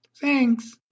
Thanks